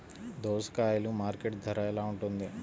దోసకాయలు మార్కెట్ ధర ఎలా ఉంటుంది?